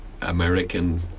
American